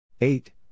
Eight